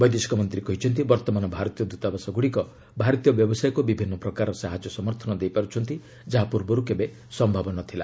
ବୈଦେଶିକ ମନ୍ତ୍ରୀ କହିଛନ୍ତି ବର୍ତ୍ତମାନ ଭାରତୀୟ ଦୂତାବାସଗୁଡ଼ିକ ଭାରତୀୟ ବ୍ୟବସାୟକୁ ବିଭିନ୍ନ ପ୍ରକାରର ସାହାଯ୍ୟ ସମର୍ଥନ ଦେଇପାରୁଛନ୍ତି ଯାହା ପୂର୍ବରୁ କେବେ ସମ୍ଭବ ନ ଥିଲା